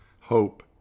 hope